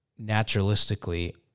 naturalistically